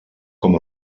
com